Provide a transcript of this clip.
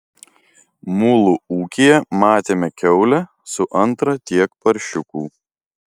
mulu ūkyje matėme kiaulę su antra tiek paršiukų